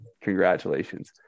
congratulations